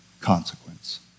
consequence